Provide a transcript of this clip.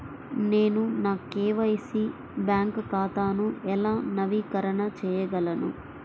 నేను నా KYC bank ఖాతాను ఎలా నవీకరణ చేయగలను?